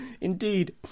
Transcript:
Indeed